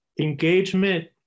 Engagement